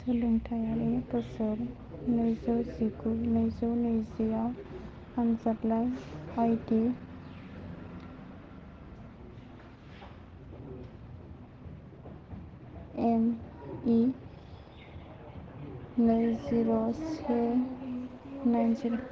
सोलोंथायारि बोसोर नैजौ जिगु नैजौ नैजिआव आनजादलाइ आइ डि एम इ नै जिर' से नाइन जिर'